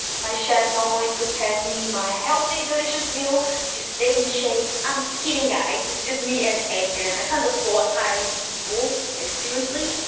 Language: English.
my chef normally prepares me my healthy delicious meals to stay in shape! i'm kidding guys! it's just me and adrian, i can't afford hiring people, like seriously.